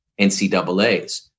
NCAAs